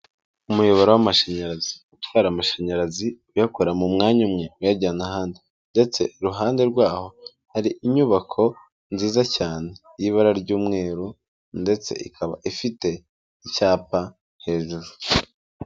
Umuyoboro w'amashanyarazi, utwara amashanyarazi uyakora mu mwanya umwe uyajyana ahandi ndetse iruhande rwaho hari inyubako nziza cyane y'ibara ry'umweru ndetse ikaba ifite icyapa hejuru.